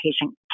patient